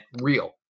real